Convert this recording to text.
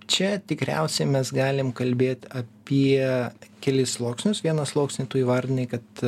čia tikriausiai mes galim kalbėt apie kelis sluoksnius vieną sluoksnį tu įvardinai kad